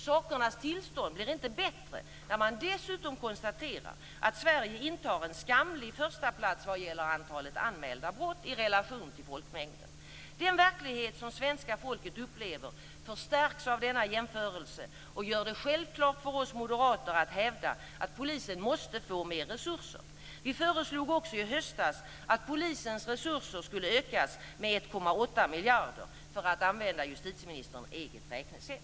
Sakernas tillstånd blir inte bättre när man dessutom konstaterar att Sverige intar en skamlig förstaplats vad gäller antalet anmälda brott i relation till folkmängden. Den verklighet som svenska folket upplever förstärks av denna jämförelse och gör det självklart för oss moderater att hävda att polisen måste få mer resurser. Vi föreslog också i höstas att polisens resurser skulle ökas med 1,8 miljarder - för att använda justitieministerns eget räknesätt.